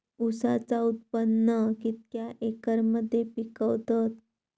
ऊसाचा उत्पादन कितक्या एकर मध्ये पिकवतत?